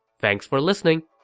thanks for listening!